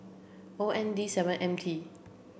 O N D seven M T